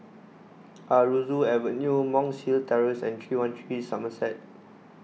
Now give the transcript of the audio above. Aroozoo Avenue Monk's Hill Terrace and three one three Somerset